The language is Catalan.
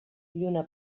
lluna